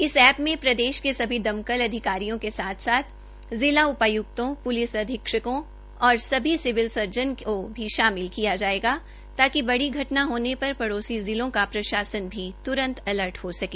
इस एप्प में प्रदेश के सभी दमकल अधिकारियों के साथ साथ जिला उपाय्क्तों प्लिस अधीक्षकों और सभी सिविल सर्जन को भी शामिल किया जायेगा ताकि बड़ी घटना होने पर पड़ोसी जिलों का प्रशासन भी त्रंत अलर्ट हो सके